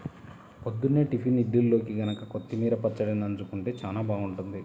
పొద్దున్నే టిఫిన్ ఇడ్లీల్లోకి గనక కొత్తిమీర పచ్చడి నన్జుకుంటే చానా బాగుంటది